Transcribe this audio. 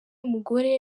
mugore